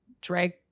drag